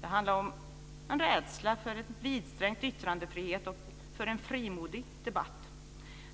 Det handlar om en rädsla för en vidsträckt yttrandefrihet och en frimodig debatt.